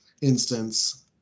instance